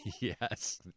Yes